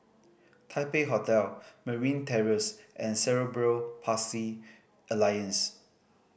Taipei Hotel Merryn Terrace and Cerebral Palsy Alliance